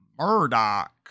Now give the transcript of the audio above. Murdoch